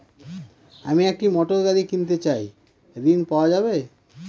আমি একটি মোটরগাড়ি কিনতে চাই ঝণ পাওয়া যাবে?